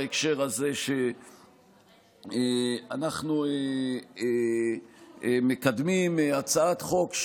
בהקשר הזה שאנחנו מקדמים הצעת חוק,